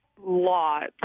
Lots